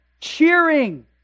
cheering